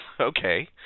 Okay